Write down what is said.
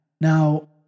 Now